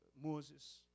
Moses